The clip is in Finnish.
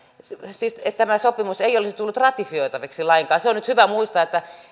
siis tämä sopimus ei olisi tullut ratifioitavaksi lainkaan se on nyt hyvä muistaa että